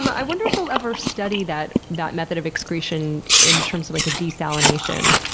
i wonder if they'll ever study that that method of excretion in terms of like a desalination.